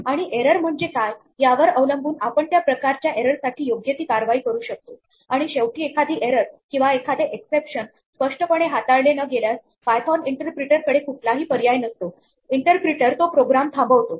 आणि एरर म्हणजे काय यावर अवलंबून आपण त्या प्रकारच्या एररससाठी योग्य ती कारवाई करू शकतो आणि शेवटी एखादी एरर किंवा एखादे एक्सेप्शन स्पष्टपणे हाताळले न गेल्यास पायथोन इंटरप्रीटर कडे कुठलाही पर्याय नसतो इंटरप्रीटर तो प्रोग्राम थांबवतो